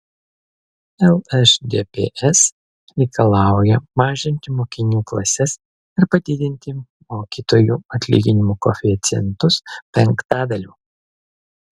lšdps reikalauja mažinti mokinių klases ir padidinti mokytojų atlyginimų koeficientus penktadaliu